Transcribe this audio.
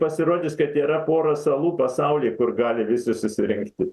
pasirodys kad tėra pora salų pasauly kur gali visi susirinkti